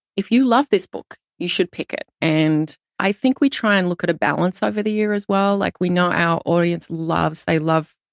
if you love this book, you should pick it. and i think we try and look at a balance over the year as well. like, we know our audience loves, they love